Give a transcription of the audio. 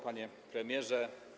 Panie Premierze!